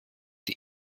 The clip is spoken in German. die